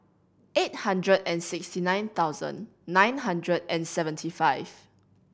eight hundred and sixty nine thousand nine hundred and seventy five